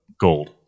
Gold